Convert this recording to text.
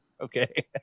Okay